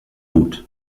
mut